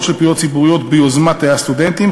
של פעילויות ציבוריות ביוזמת תאי הסטודנטים.